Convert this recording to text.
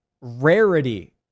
rarity